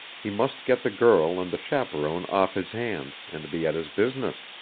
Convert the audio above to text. he must get the girl and the chaperon off his hands, and be at his business.